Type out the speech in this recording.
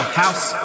house